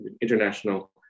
international